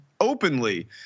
openly